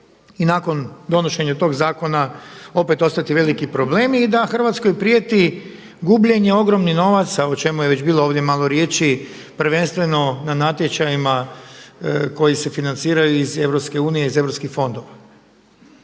i nakon donošenja tog zakona opet ostati veliki problem i da Hrvatskoj prijeti gubljenje ogromnih novaca o čemu je već bilo ovdje malo riječi prvenstveno na natječajima koji se financiraju iz EU iz europskih fondova.